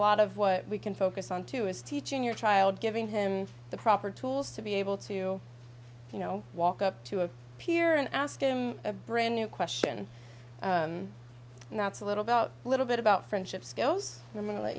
lot of what we can focus on too is teaching your child giving him the proper tools to be able to you know walk up to a peer and ask him a brand new question and that's a little bit a little bit about friendship skills